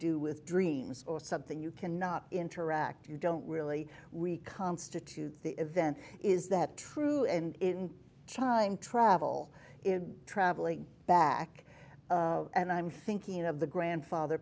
do with dreams or something you cannot interact you don't really reconstitute the event is that true and in chime travel in travelling back and i'm thinking of the grandfather